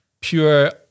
pure